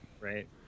Right